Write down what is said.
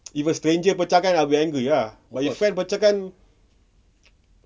if a stranger pecah kan I'll be angry ah if fail pecah kan